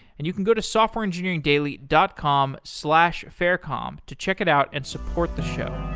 and you can go to softwareengineeringdaily dot com slash faircom to check it out and support the show